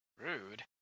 Rude